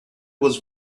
was